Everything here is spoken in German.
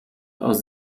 aus